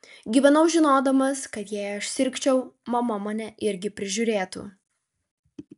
gyvenau žinodamas kad jei aš sirgčiau mama mane irgi prižiūrėtų